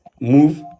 move